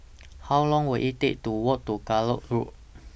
How Long Will IT Take to Walk to Gallop Road